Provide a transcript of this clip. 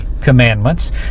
commandments